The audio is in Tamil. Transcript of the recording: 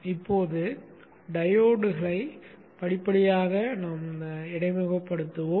இப்போது டையோட்களை படிப்படியாக இடைமுகப்படுத்துவோம்